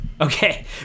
Okay